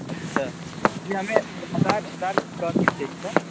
اچھا جی ہمیں ہزار ہزار اسکوائر فٹ چاہیے تھا